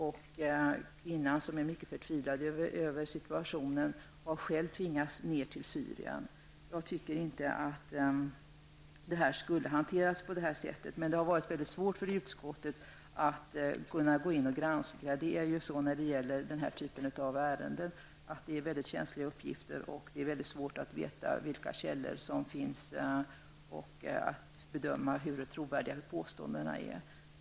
Kvinnan, som är mycket förtvivlad över situationen, har själv tvingats att resa till Syrien. Enligt min mening borde ärendet inte ha hanterats på det sätt som har skett. Det har varit väldigt svårt för utskottet att kunna gå in och granska ärendet. I den här typen av ärenden är uppgifterna mycket känsliga. Det är väldigt svårt att veta vilka källor som finns och att bedöma hur trovärdiga påståendena är.